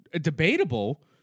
Debatable